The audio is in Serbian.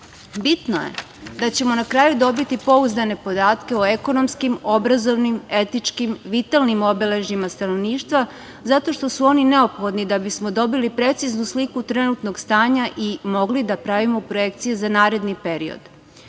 je da ćemo na kraju dobiti pouzdane podatke o ekonomskim, obrazovnim, etičkim, vitalnim obeležjima stanovništva, zato što su oni neophodni da bismo dobili preciznu sliku trenutnog stanja i mogli da pravimo projekcije za naredni period. Što